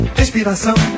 respiração